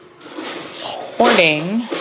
hoarding